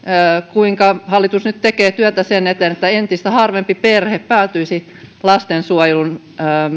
kuinka hallitus nyt tekee työtä sen eteen että entistä harvempi perhe päätyisi lastensuojelun